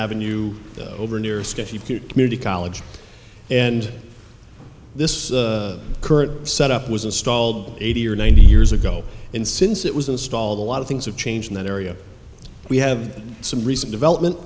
avenue over near sketchy cute community college and this current set up was installed eighty or ninety years ago and since it was installed a lot of things have changed in that area we have some recent development